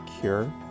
cure